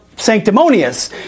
sanctimonious